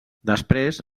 després